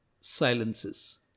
Silences